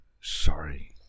Sorry